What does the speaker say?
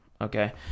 okay